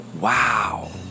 Wow